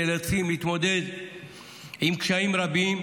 נאלצים להתמודד עם קשיים רבים,